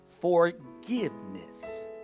Forgiveness